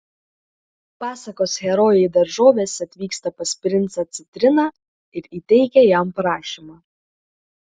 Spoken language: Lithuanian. pasakos herojai daržovės atvyksta pas princą citriną ir įteikia jam prašymą